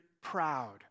proud